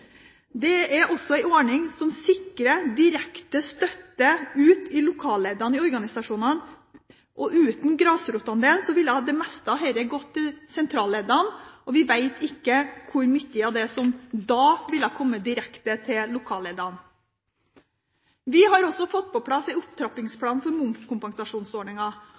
Det er også en ordning som sikrer direkte støtte til lokalleddene i organisasjonene. Uten Grasrotandelen ville det meste av dette gått til sentralleddene, og vi vet ikke hvor mye som da ville ha kommet direkte til lokalleddene. Vi har også fått på plass en opptrappingsplan for